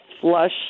flush